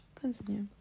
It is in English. Continue